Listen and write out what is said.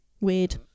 Weird